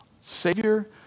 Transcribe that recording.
savior